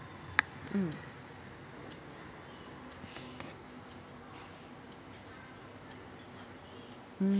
mm